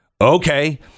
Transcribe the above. Okay